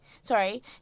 Sorry